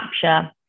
capture